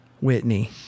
Whitney